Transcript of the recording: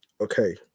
Okay